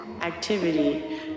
activity